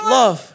love